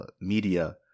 media